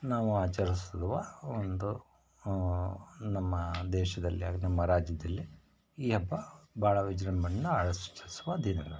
ನಾವು ಆಚರಿಸುವ ಒಂದು ನಮ್ಮ ದೇಶದಲ್ಲಿ ಹಾಗೇ ನಮ್ಮ ರಾಜ್ಯದಲ್ಲಿ ಈ ಹಬ್ಬ ಭಾಳ ವಿಜೃಂಭಣೆಯಿಂದ ಆಚರಿಸುವ ದಿನಗಳು